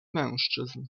mężczyzn